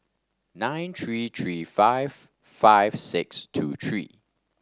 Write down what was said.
nine three three five five six two three